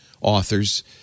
authors